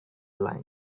lion